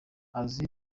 isazi